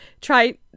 try